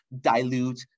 dilute